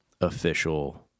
official